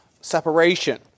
separation